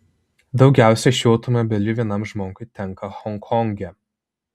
daugiausiai šių automobilių vienam žmogui tenka honkonge